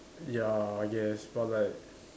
ya I guess but like